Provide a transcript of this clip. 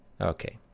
Okay